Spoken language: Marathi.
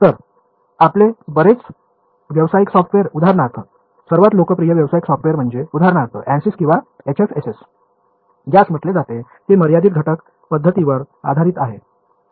तर आपले बरेच व्यावसायिक सॉफ्टवेअर उदाहरणार्थ सर्वात लोकप्रिय व्यावसायिक सॉफ्टवेअर म्हणजे उदाहरणार्थ ANSYS किंवा HFSS ज्यास म्हटले जाते ते मर्यादित घटक पद्धतीवर आधारित आहे